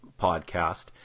podcast